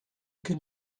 can